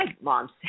moms